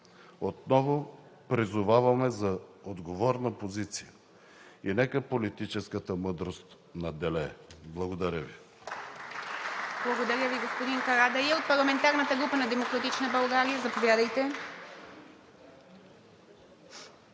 Отново призоваваме за отговорна позиция и нека политическата мъдрост надделее. Благодаря Ви.